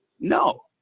no